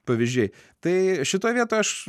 pavyzdžiai tai šitoj vietoj aš